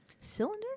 cylinder